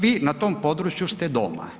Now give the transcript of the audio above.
Vi na tom području ste doma.